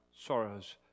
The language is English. sorrows